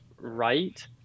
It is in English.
right